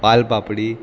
वालपापडी